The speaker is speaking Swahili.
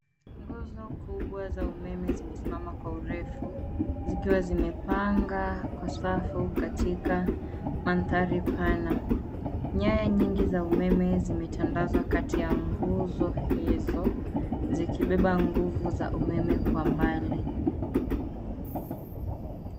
Nguzo kubwa za umeme zimesimama kwa urefu zikiwa zimepanga kwa safu katika mandhari pana. Nyaya nyingi za umeme zimetandaza kati ya nguzo hizo zikibeba nguvu za umeme kwa mbali.